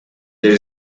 there